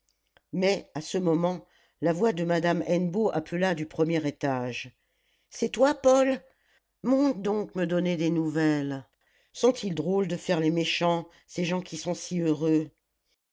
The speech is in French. mais à ce moment la voix de madame hennebeau appela du premier étage c'est toi paul monte donc me donner des nouvelles sont-ils drôles de faire les méchants ces gens qui sont si heureux